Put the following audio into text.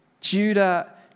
Judah